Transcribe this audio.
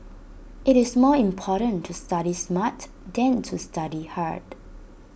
IT is more important to study smart than to study hard